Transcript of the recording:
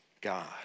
God